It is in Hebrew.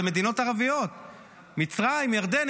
זה מדינות ערביות, מצרים, ירדן.